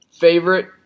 favorite